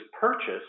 purchased